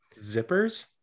zippers